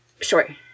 sure